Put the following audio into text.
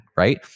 right